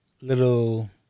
little